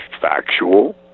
factual